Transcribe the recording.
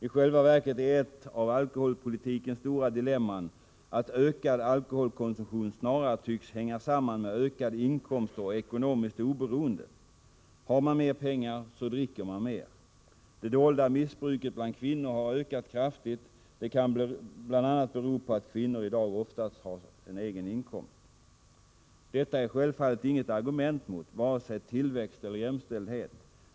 I själva verket är ett av alkoholpolitikens stora dilemman att ökad alkoholkonsumtion snarare tycks hänga samman med ökad inkomst och ekonomiskt oberoende. Har man mer pengar, dricker man mer. Det dolda missbruket bland kvinnor har ökat kraftigt. Det kan bl.a. bero på att kvinnor i dag oftast har en egen inkomst. Detta är självfallet inget argument mot vare sig tillväxt eller jämställdhet.